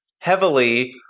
heavily